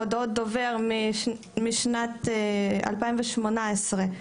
הודעות דובר משנת 2018,